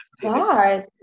God